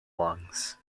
lungs